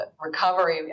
recovery